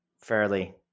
fairly